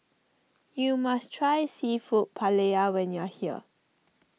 you must try Seafood Paella when you are here